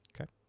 Okay